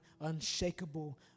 unshakable